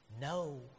no